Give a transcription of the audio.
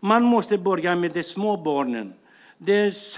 Man måste börja med de små barnen. Det är precis